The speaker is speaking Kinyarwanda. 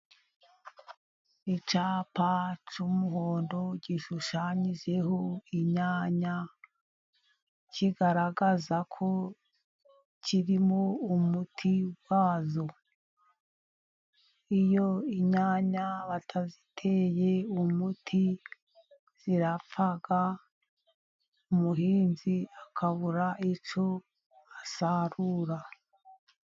Icyapa cy'umuhondo gishushanyijeho inyanya, kigaragaza ko kirimo umuti wazo. Iyo inyanya bataziteye umuti zirapfa, umuhinzi akabura icyo asarura.